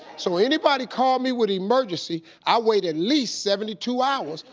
so anybody call me with emergency i wait at least seventy two hours,